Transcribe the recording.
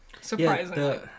surprisingly